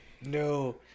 No